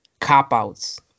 cop-outs